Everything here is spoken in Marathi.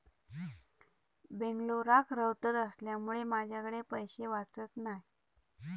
बेंगलोराक रव्हत असल्यामुळें माझ्याकडे पैशे वाचत नाय